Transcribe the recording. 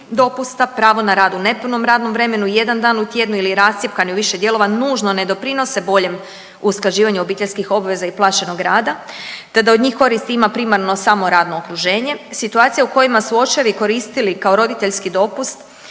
pravo na rad u nepunom radnom vremenu, jedan dan u tjednu ili rascjepkani u više dijelova nužno ne doprinose boljem usklađivanju obiteljskih obveza i plaćenog rada te da on njih koristi ima primarno samo radno okruženje. Situacija u kojima su očevi koristiti kao roditeljski dopust